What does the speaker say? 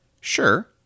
Sure